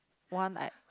one like